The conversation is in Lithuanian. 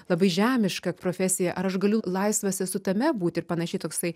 labai žemiška profesija ar aš galiu laisvas esu tame būti ir panašiai toksai